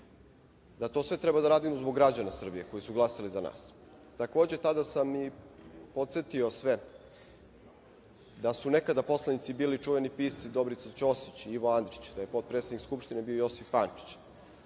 da to sve treba da radimo zbog građana Srbije koji su glasali za nas. Takođe, tada sam i podsetio sve da su nekada poslanici bili čuveni pisci, Dobrica Ćosić, Ivo Andrić, da je potpredsednik Skupštine bio Josif Pančić.